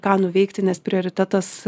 ką nuveikti nes prioritetas